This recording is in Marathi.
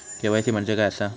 के.वाय.सी म्हणजे काय आसा?